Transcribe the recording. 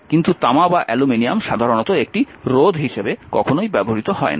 কিন্তু তামা বা অ্যালুমিনিয়াম সাধারণত একটি রোধ হিসাবে কখনোই ব্যবহৃত হয় না